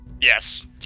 Yes